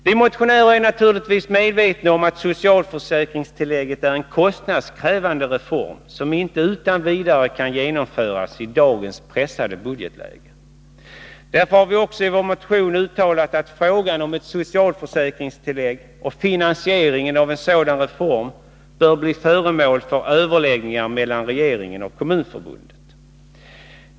Vi motionärer är naturligtvis medvetna om att socialförsäkringstillägget är en kostnadskrävande reform, som inte utan vidare kan genomföras i dagens pressade budgetläge. Därför har vi också i vår motion uttalat att frågan om ett socialförsäkringstillägg och finansieringen av en sådan reform bör bli föremål för överläggningar mellan regeringen och Kommunförbundet.